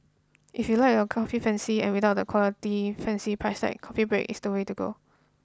if you like your coffee fancy and without the equally fancy price tag Coffee Break is the place to go